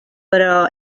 però